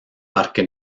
parque